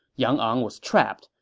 yang ang was trapped.